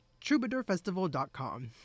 TroubadourFestival.com